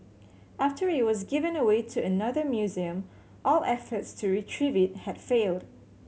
after it was given away to another museum all efforts to retrieve it had failed